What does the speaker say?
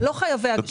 לא חייבי הגשה.